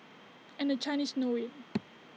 and the Chinese know IT